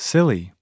Silly